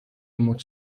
موج